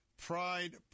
Pride